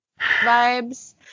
vibes